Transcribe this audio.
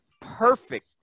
perfect